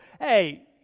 Hey